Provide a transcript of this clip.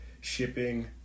shipping